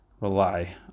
rely